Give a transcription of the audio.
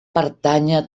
pertànyer